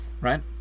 right